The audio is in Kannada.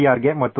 Rಗೆ ಮತ್ತು C